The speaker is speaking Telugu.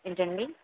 ఏంటండీ